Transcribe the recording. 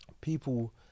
People